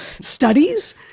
studies